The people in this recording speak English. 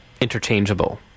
interchangeable